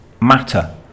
matter